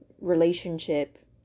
relationship